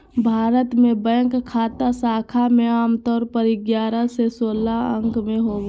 भारत मे बैंक खाता संख्या मे आमतौर पर ग्यारह से सोलह अंक के होबो हय